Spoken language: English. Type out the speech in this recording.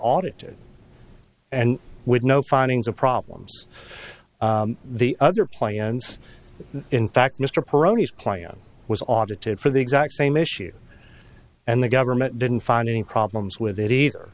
audited and with no findings of problems the other clients in fact mr peroni was audited for the exact same issue and the government didn't find any problems with it either